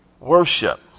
worship